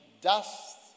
dust